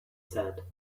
said